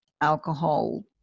alcohol